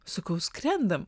sakau skrendam